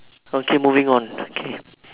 okay moving on okay